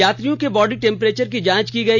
यात्रियों के body temperature की जांच की गई